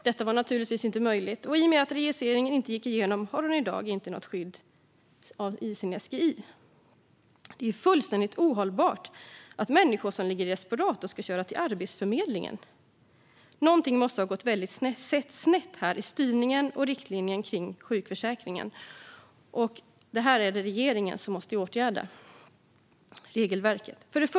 Detta var naturligtvis inte möjligt, och i och med att registreringen inte gick igenom har hon i dag inte något skydd i sin SGI. Det är fullständigt ohållbart att människor som ligger i respirator ska köras till Arbetsförmedlingen. Något måste ha gått väldigt snett i styrningen och riktlinjerna kring sjukförsäkringen. Regeringen måste åtgärda regelverket för detta.